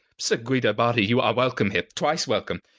sir guido bardi, you are welcome here, twice welcome.